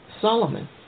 Solomon